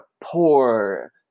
poor